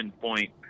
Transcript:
point